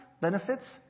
benefits